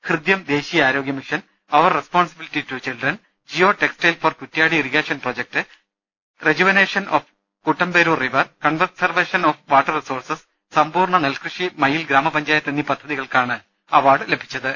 ഹൃദ്യം ദേശീയ ആരോഗ്യ mission our responsibility to children geo textile for Kuttiyadi irrigation project canal rejuvenation of Kuttamperoor river conservation of water resource സമ്പൂർണ നെൽകൃഷി മയ്യിൽ ഗ്രാമപഞ്ചായത്ത് എന്നീ പദ്ധതികൾക്കാണ് അവാർഡ് ലഭിച്ചത്